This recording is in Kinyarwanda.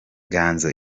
ganzo